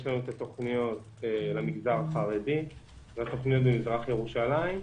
יש לנו את התוכניות למגזר החרדי והתוכניות במזרח ירושלים.